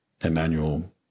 Emmanuel